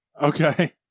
Okay